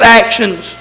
actions